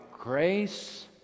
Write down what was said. grace